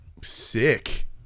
Sick